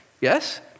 Yes